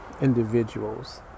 individuals